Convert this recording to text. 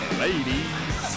ladies